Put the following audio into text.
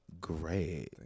great